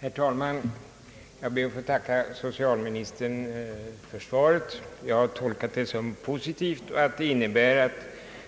Herr talman! Jag ber att få tacka socialministern för svaret. Jag har tolkat det som positivt och som att det innebär att